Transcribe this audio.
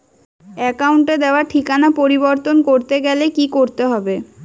অ্যাকাউন্টে দেওয়া ঠিকানা পরিবর্তন করতে গেলে কি করতে হবে?